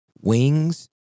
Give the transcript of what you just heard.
wings